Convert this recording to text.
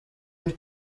were